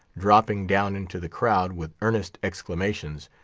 dropping down into the crowd with earnest exclamations,